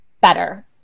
better